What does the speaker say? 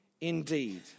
indeed